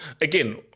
again